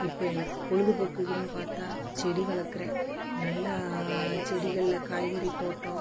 இப்போ எனக்கு பொழுதுபோக்குக்குன்னு பார்த்தா செடி வளர்க்குறேன் நல்லா செடிகளில் காய்கறி தோட்டம்